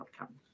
outcome